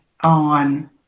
on